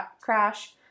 crash